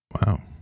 Wow